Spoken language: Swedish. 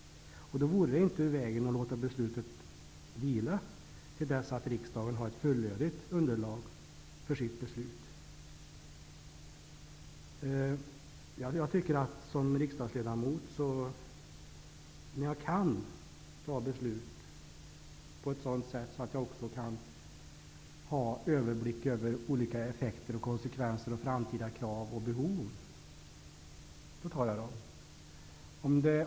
Därför vore det inte i vägen att låta beslutet vila till dess att riksdagen har ett fullödigt underlag för sitt beslut. Jag tycker att jag som riksdagsledamot måste ha överblick över olika effekter, konsekvenser, framtida krav och behov för att kunna fatta beslut.